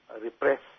repress